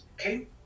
Okay